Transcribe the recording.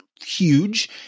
huge